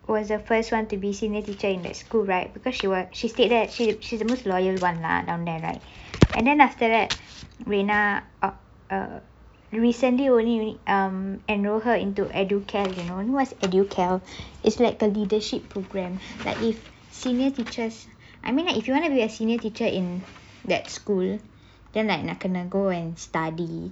was the first one to be senior teacher in that school right because she wa~ she stayed that she she she's most loyal one lah down there right and then after that rina uh uh recently only um enroll her into educare you know you know what's educare is like the leadership program that if senior teachers I mean if you want to be a senior teacher in that school then nak kena go and study